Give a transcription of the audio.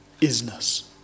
isness